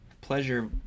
pleasure